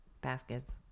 baskets